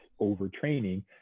overtraining